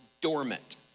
dormant